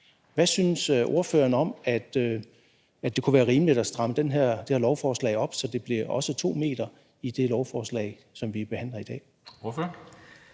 Hvad synes ordføreren om, at det kunne være rimeligt at stramme det her lovforslag op, så det også bliver 2 m i det lovforslag, som vi behandler i dag?